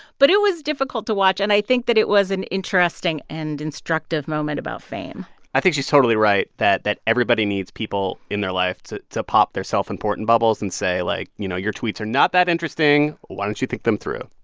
but it was difficult to watch, and i think that it was an interesting and instructive moment about fame i think she's totally right that that everybody needs people in their life to to pop their self-important bubbles and say, like, you know, your tweets are not that interesting. why don't you think them through?